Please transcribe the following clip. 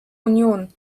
union